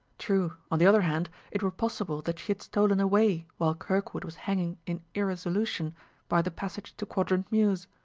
true, on the other hand, it were possible that she had stolen away while kirkwood was hanging in irresolution by the passage to quadrant mews.